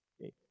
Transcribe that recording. okay